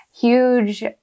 Huge